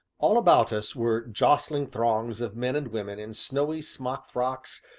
all about us were jostling throngs of men and women in snowy smock frocks,